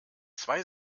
zwei